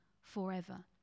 forever